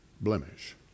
blemish